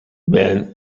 ben